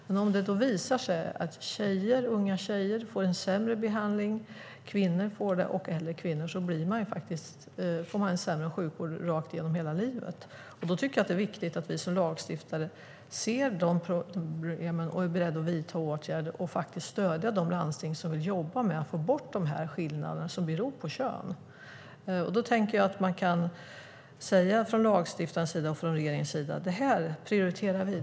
Men om det då visar sig att unga tjejer, kvinnor och äldre kvinnor får en sämre behandling får de en sämre sjukvård genom hela livet. Då tycker jag att det är viktigt att vi som lagstiftare ser dessa problem och är beredda att vidta åtgärder och faktiskt stödja de landsting som vill jobba med att få bort dessa skillnader som beror på kön. Då tänker jag att man från lagstiftarens och från regeringens sida kan säga: Det här prioriterar vi.